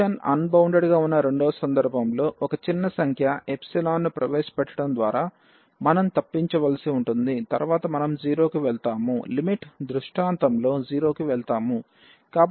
function unbounded గా ఉన్న రెండవ సందర్భంలో ఒక చిన్న సంఖ్య ఎప్సిలాన్ ను ప్రవేశపెట్టడం ద్వారా మనం తప్పించవలసి ఉంటుంది తరువాత మనం 0 కి వెళ్తాము లిమిట్ దృష్టాంతంలో 0 కి వెళ్తాము